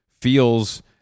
feels